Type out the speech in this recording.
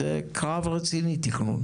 תכנון זה קרב רציני.